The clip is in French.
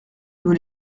nous